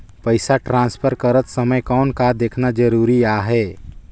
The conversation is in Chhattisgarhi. पइसा ट्रांसफर करत समय कौन का देखना ज़रूरी आहे?